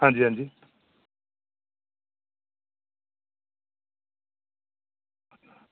आं जी आं जी